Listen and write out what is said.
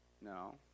No